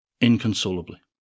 inconsolably